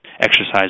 exercise